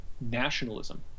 nationalism